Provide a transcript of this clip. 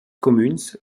cumüns